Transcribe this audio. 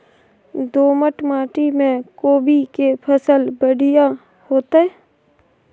दोमट माटी में कोबी के फसल बढ़ीया होतय?